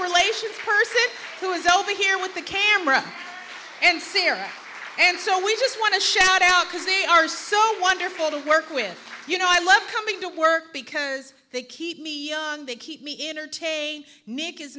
relations person who is over here with the camera and sarah and so we just want to shout out because they are so wonderful to work with you know i love coming to work because they keep me on they keep me entertained nick is